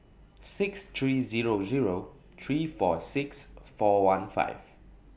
six three Zero Zero three four six four one five